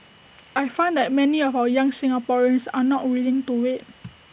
I find that many of our young Singaporeans are not willing to wait